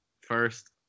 first